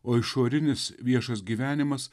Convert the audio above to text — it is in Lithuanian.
o išorinis viešas gyvenimas